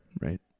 Right